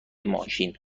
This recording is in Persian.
ماشین